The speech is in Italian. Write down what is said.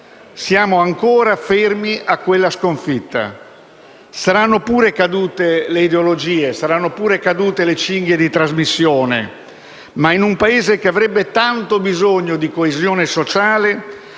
siamo ancora fermi a quella sconfitta. Saranno pure cadute le ideologie, saranno pure cadute le cinghie di trasmissione, ma in un Paese che avrebbe tanto bisogno di coesione sociale,